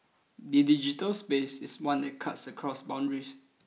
the digital space is one that cuts across boundaries